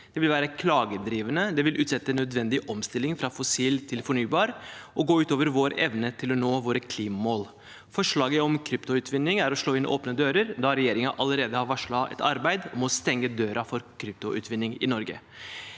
Det vil være klagedrivende. Det vil utsette nødvendig omstilling fra fossil til fornybar og gå ut over vår evne til å nå våre klimamål. Forslaget om kryptoutvinning er å slå inn åpne dører, da regjeringen allerede har varslet et arbeid om å stenge døren for kryptoutvinning i Norge.